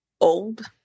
old